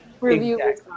review